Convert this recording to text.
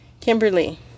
Kimberly